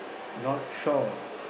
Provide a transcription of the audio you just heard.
not shore